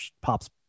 pops